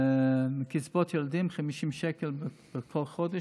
לקצבאות ילדים, 50 שקל בכל חודש.